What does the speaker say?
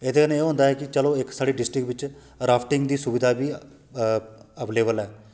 एह्दे कन्नै एह् होंदा कि चलो इक साढ़ी डिस्ट्रिक्ट बिच्च राफ्टिंग दी सुविधा बी अवलेबल ऐ